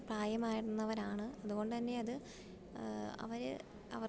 പ്രായമായിരുന്നവരാണ് അതുകൊണ്ടു തന്നെ അത് അവർ അവർക്ക്